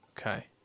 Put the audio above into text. Okay